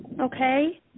Okay